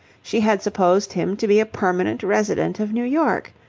she had supposed him to be a permanent resident of new york.